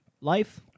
Life